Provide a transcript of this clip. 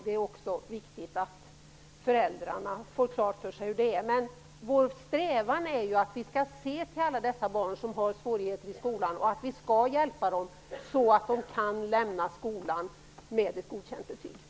Det är också viktigt att föräldrarna får klart för sig hur det ligger till. Vår strävan är att vi skall hjälpa alla de barn som har svårigheter i skolan så att de kan lämna skolan med ett godkänt betyg.